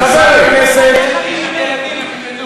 חבר הכנסת עיסאווי.